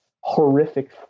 horrific